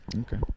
Okay